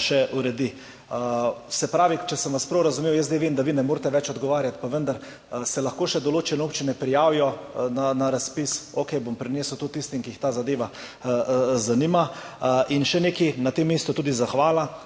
še uredi. Če sem vas prav razumel – vem, da zdaj vi ne morete več odgovarjati, pa vendar – se lahko še določene občine prijavijo na razpis. Okej, bom prenesel tudi tistim, ki jih ta zadeva zanima. In še nekaj. Na tem mestu tudi zahvala,